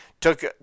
took